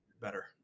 better